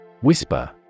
Whisper